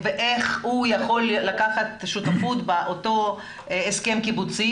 ואיך הוא יכול לקחת את השותפות באותו הסכם קיבוצי,